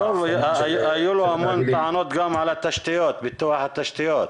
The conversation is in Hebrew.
היו לו המון טענות גם על פיתוח התשתיות.